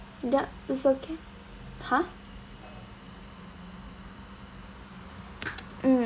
yup it's okay !huh! mm